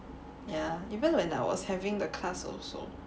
yeah even when I was having the class also